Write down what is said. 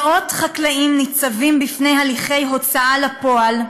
מאות חקלאים ניצבים בפני הליכי הוצאה לפועל,